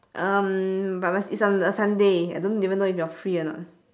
um but must it's on a sunday I don't even know if you are free or not